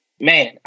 man